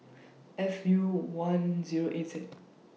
F U one Zero eight Z